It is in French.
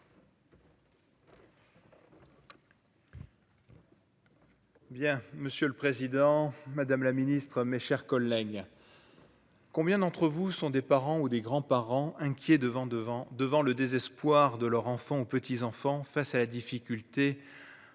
Bien, monsieur le Président, Madame la Ministre, mes chers collègues, combien d'entre vous sont des parents ou des grands-parents inquiets devant devant devant le désespoir de leur enfants ou petits-enfants face à la difficulté